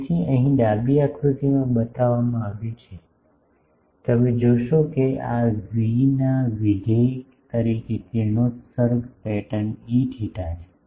તે અહીં ડાબી આકૃતિમાં બતાવવામાં આવ્યું છે તમે જોશો કે આ વી ના વિધેય તરીકે કિરણોત્સર્ગ પેટર્ન Eθ છે